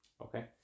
okay